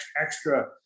extra